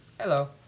Hello